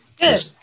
Good